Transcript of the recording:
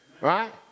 right